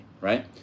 right